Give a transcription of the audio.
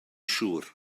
siŵr